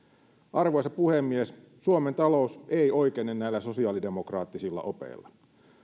arvoisa puhemies suomen talous ei oikene näillä sosiaalidemokraattisilla opeilla